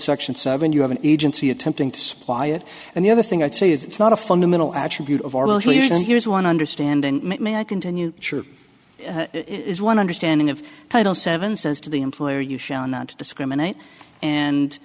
section seven you have an agency attempting to supply it and the other thing i'd say is it's not a fundamental attribute of here's one understanding may i continue sure is one understanding of title seven says to the employer you shall not to discriminate and